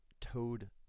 toad